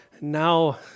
now